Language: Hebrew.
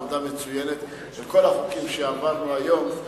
עבודה מצוינת, וכל החוקים שהעברנו היום,